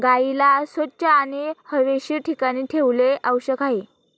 गाईला स्वच्छ आणि हवेशीर ठिकाणी ठेवणे आवश्यक आहे